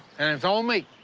and it's on me.